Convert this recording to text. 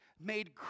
made